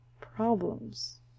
problems